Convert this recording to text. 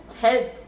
help